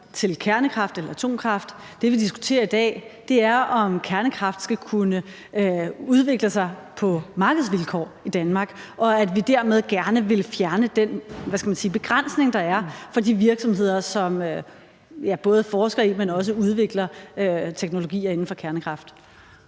til kernekraft eller atomkraft? Det, vi diskuterer i dag, er, om kernekraft skal kunne udvikle sig på markedsvilkår i Danmark, og at vi dermed gerne vil fjerne den, hvad skal man sige, begrænsning, der er for de virksomheder, som både forsker i, men også udvikler teknologier inden for kernekraft.